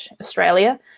Australia